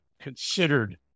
considered